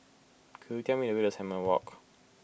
could you tell me the way to Simon Walk